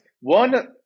One